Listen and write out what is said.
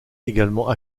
également